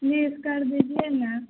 please کر دیجیے نا